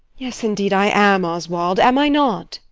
yes, indeed i am, oswald am i not?